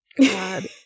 God